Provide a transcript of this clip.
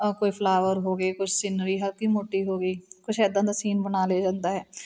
ਆਹ ਕੋਈ ਫਲਾਵਰ ਹੋ ਗਏ ਕੋਈ ਸਿਨਰੀ ਹਲਕੀ ਮੋਟੀ ਹੋ ਗਈ ਕੁਛ ਇੱਦਾਂ ਦਾ ਸੀਨ ਬਣਾ ਲਿਆ ਜਾਂਦਾ ਹੈ